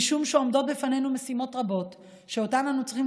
משום שעומדות בפנינו משימות רבות שאותן אנחנו צריכים